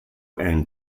and